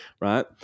right